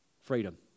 freedom